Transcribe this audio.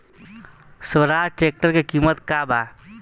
Swaraj tractor के किमत का बा?